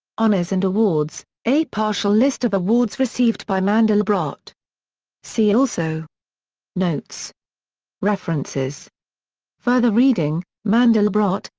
honors and awards a partial list of awards received by mandelbrot see also notes references further reading mandelbrot,